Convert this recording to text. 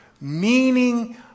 meaning